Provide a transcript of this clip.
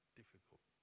difficult